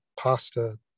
pasta